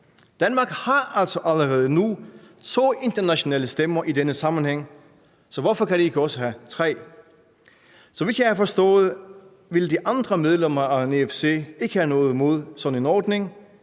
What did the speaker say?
Danmark har altså allerede nu to internationale stemmer i denne sammenhæng. Hvorfor kan man så ikke også have tre? Så vidt jeg har forstået, ville de andre medlemmer af NEAFC ikke have noget imod sådan en ordning.